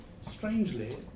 strangely